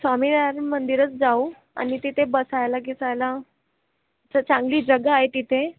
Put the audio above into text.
स्वामी नारायणमंदिरात जाऊ आणि तिथे बसायला गिसायला जर चांगली जगह आहे तिथे